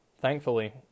Thankfully